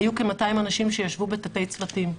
היו כ-200 אנשים שישבו בתתי-צוותים.